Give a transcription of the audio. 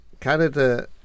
Canada